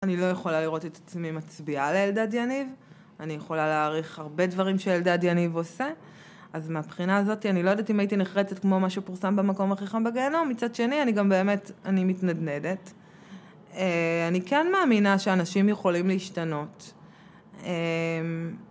אני לא יכולה לראות את עצמי מצביעה לאלדד יניב. אני יכולה להעריך הרבה דברים שאלדד יניב עושה, אז מהבחינה הזאתי אני לא יודעת אם הייתי נחרצת כמו מה שפורסם במקום הכי חם בגיהנום, מצד שני אני גם באמת, אני מתנדנדת. אה... אני כן מאמינה שאנשים יכולים להשתנות. אמ...